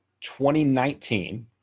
2019